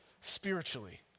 spiritually